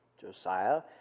Josiah